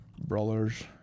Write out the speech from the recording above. Brothers